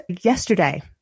yesterday